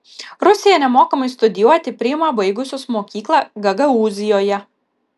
rusija nemokamai studijuoti priima baigusius mokyklą gagaūzijoje